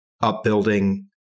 upbuilding